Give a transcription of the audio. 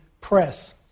press